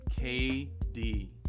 KD